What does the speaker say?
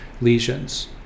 lesions